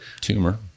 tumor